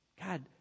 God